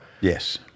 Yes